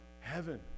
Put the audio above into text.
heaven